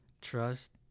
trust